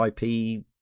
ip